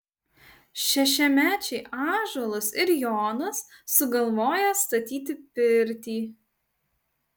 šešiamečiai ąžuolas ir jonas sugalvoja statyti pirtį